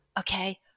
okay